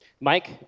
Mike